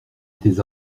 étais